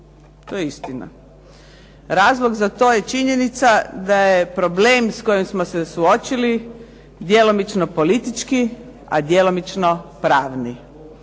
to je istina. Razlog za to je činjenica da je problem s kojim smo se suočili djelomično politički a djelomično pravni